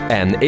en